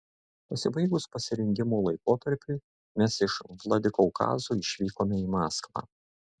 pasibaigus pasirengimo laikotarpiui mes iš vladikaukazo išvykome į maskvą